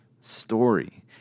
story